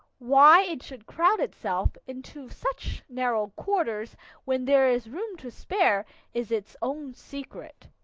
why it should crowd itself into such narrow quarters when there is room to spare is its own secret.